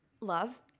love